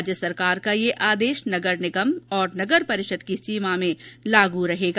राज्य सरकार का यह आदेश नगर निगम और नगर परिषद की सीमा में लागू रहेगा